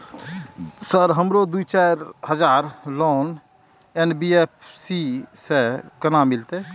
Sir हमरो दूय हजार लोन एन.बी.एफ.सी से केना मिलते?